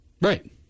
Right